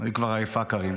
קארין